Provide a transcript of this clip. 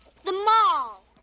the mall.